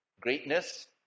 greatness